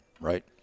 right